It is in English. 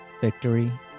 victory